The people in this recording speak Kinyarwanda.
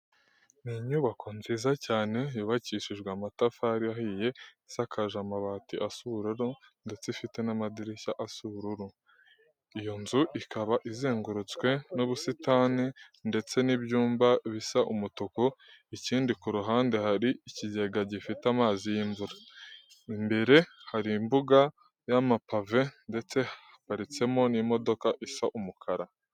Ni inyubako nziza cyane yubakishijwe amatafari ahiye, isakaje amabati asa ubururu ndetse ifite n'amadirishya asa ubururu. Iyo nzu ikaba izengurutswe n'ubusitani ndetse n'ibyuma bisa umutuku, ikindi ku ruhande hari ikigega gifata amazi y'imvura. Imbere hari imbuga y'amapave ndetse haparitsemo n'imodoka isa umukara.